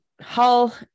Hull